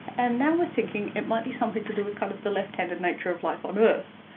and now we're thinking it might be something to do with kind of the left-handed nature of life on earth.